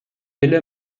wille